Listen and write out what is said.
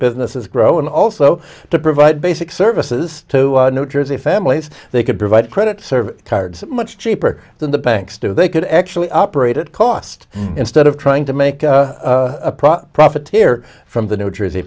businesses grow and also to provide basic services to new jersey families they could provide credit cards much cheaper than the banks do they could actually operate it cost instead of trying to make a profit profiteer from the new jersey